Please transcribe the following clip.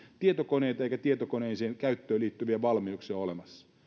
tietokoneita eikä tietokoneen käyttöön liittyviä valmiuksia olemassa